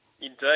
Indeed